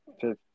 Fifth